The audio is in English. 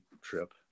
trip